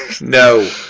No